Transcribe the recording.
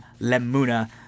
Lemuna